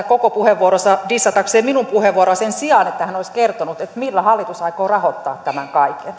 koko puheenvuoronsa dissatakseen minun puheenvuoroani sen sijaan että hän olisi kertonut millä hallitus aikoo rahoittaa tämän kaiken